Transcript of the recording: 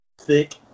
thick